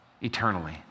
eternally